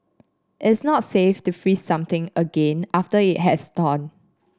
it's not safe to freeze something again after it has thawed